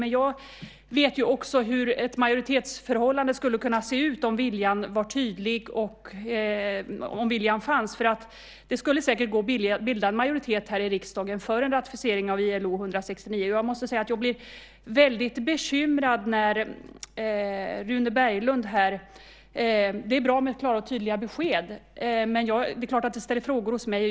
Men jag vet också hur ett majoritetsförhållande skulle kunna se ut om viljan fanns och var tydlig. Det skulle säkert gå att bilda en majoritet här i riksdagen för en ratificering av ILO-konventionen 169. Jag måste säga att jag blir väldigt bekymrad över det Rune Berglund säger. Det är bra med klara och tydliga besked, men det är klart att det reser frågor hos mig.